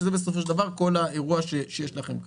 שזה בסופו של דבר כל האירוע שיש לכם כאן.